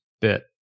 bit